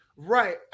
Right